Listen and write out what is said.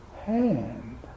hand